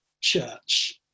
church